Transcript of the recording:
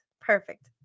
Perfect